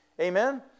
amen